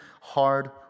hard